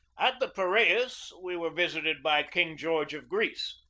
at the piraeus we were visited by king george of greece.